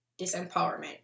disempowerment